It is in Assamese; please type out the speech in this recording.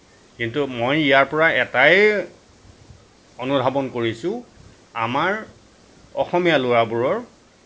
কিন্তু মই ইয়াৰ পৰা এটাই অনুধাৱন কৰিছোঁ আমাৰ অসমীয়া ল'ৰাবোৰৰ